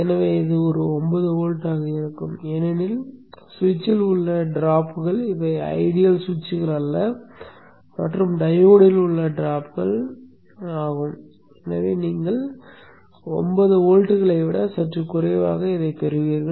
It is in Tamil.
எனவே இது 9 வோல்ட்டுகளாக இருக்கும் ஏனெனில் ஸ்விட்சில் உள்ள ட்ராப்கள் இவை ஐடியல் சுவிட்சுகள் அல்ல மற்றும் டையோடில் உள்ள ட்ராப்களை நீங்கள் 9 வோல்ட்டுகளை விட சற்று குறைவாகப் பெறுவீர்கள்